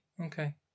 okay